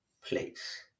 place